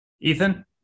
Ethan